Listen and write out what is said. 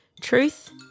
truth